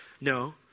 No